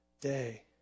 day